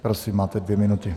Prosím, máte dvě minuty.